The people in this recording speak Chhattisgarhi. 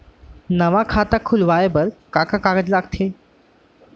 नवा खाता खुलवाए बर का का कागज लगथे?